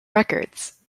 records